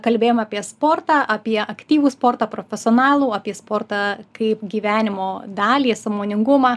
kalbėjom apie sportą apie aktyvų sportą profesionalų apie sportą kaip gyvenimo dalį sąmoningumą